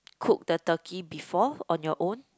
cook the turkey before on your own